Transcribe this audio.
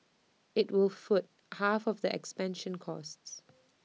IT will foot half of the expansion costs